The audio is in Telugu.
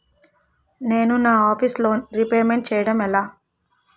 నేను నా ఆఫీస్ లోన్ రీపేమెంట్ చేయడం ఎలా?